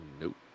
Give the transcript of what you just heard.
Nope